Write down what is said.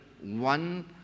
one